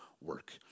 work